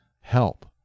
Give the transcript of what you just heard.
Help